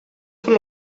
von